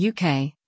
UK